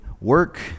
work